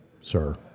sir